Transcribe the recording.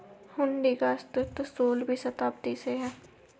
हुंडी का अस्तित्व सोलहवीं शताब्दी से है